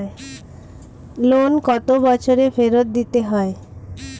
Loan কত বছরে ফেরত দিতে হয়?